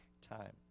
time